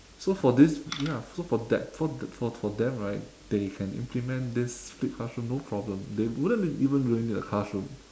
so for this ya so for that for for for them right they can implement this flipped classroom no problem they wouldn't even really need a classroom